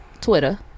Twitter